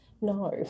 No